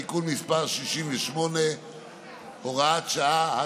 תיקון מס' 68 והוראת שעה),